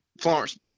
florence